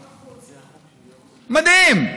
מדהים.